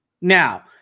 Now